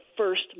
first